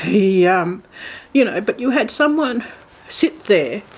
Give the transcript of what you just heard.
yeah um you know but you had someone sit there,